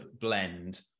blend